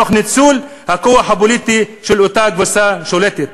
תוך ניצול הכוח הפוליטי של אותה קבוצה שולטת.